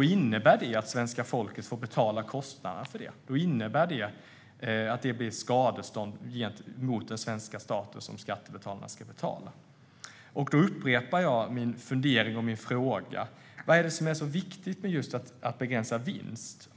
Det innebär att svenska folket får betala kostnaderna för det. Det innebär att det blir skadestånd mot svenska staten som skattebetalarna ska betala. Jag upprepar min fundering och mina frågor: Vad är det som är så viktigt med att just begränsa vinst?